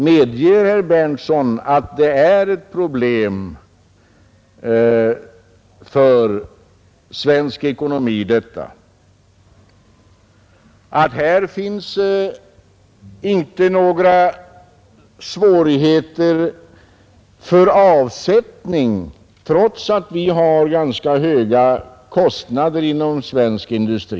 Medger herr Berndtson att det är ett problem för svensk ekonomi, att här finns inte några svårigheter för avsättning trots att vi har ganska höga kostnader inom svensk industri?